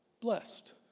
blessed